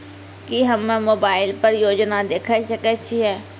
की हम्मे मोबाइल पर योजना देखय सकय छियै?